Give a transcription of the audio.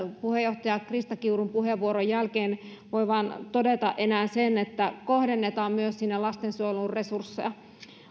puheenjohtaja krista kiurun puheenvuoron jälkeen voi vain todeta enää sen että kohdennetaan myös sinne lastensuojeluun resursseja